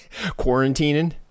Quarantining